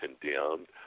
condemned